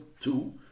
two